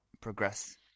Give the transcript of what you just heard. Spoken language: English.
progress